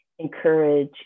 encourage